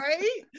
right